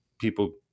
people